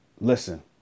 Listen